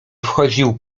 wchodził